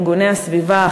ובין ארגוני הסביבה,